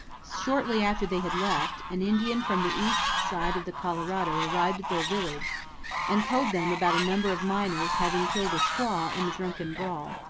shortly after they had left, an indian from the east side of the colorado arrived at their village and told them about a number of miners having killed a squaw in drunken brawl,